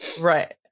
right